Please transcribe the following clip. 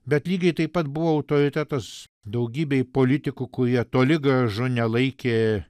bet lygiai taip pat buvo autoritetas daugybei politikų kurie toli gražu nelaikė